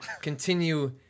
Continue